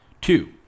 Two